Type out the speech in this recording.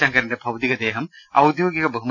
ശങ്കരന്റെ ഭൌതികദേഹം ഔദ്യോഗിക ബഹുമ